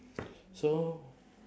so